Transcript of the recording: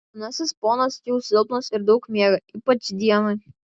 senasis ponas jau silpnas ir daug miega ypač dieną